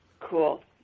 Cool